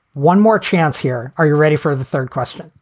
one more chance here. are you ready for the third question?